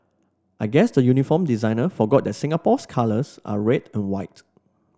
I guess the uniform designer forgot that Singapore's colours are red and white